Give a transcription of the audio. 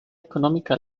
económica